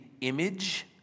image